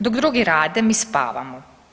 Dok drugi rade mi spavamo.